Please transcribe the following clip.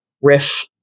riff